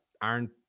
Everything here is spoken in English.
iron